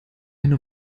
eine